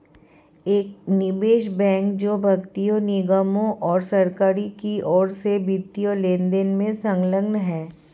एक निवेश बैंक जो व्यक्तियों निगमों और सरकारों की ओर से वित्तीय लेनदेन में संलग्न है